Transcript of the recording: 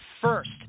first